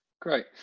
Great